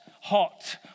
hot